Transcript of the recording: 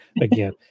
Again